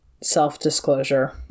self-disclosure